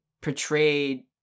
portrayed